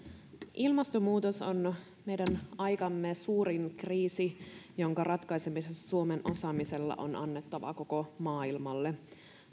ilmastonmuutos on meidän aikamme suurin kriisi jonka ratkaisemisessa suomen osaamisella on annettavaa koko maailmalle